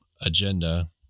agenda